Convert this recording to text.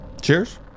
Cheers